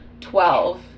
twelve